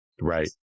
Right